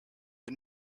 the